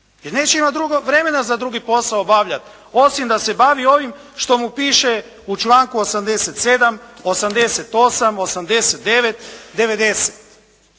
jer neće imati vremena za drugi posao obavljati, osim da se bavi ovim što mu piše u članku 87., 88., 89., 90.